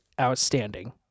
outstanding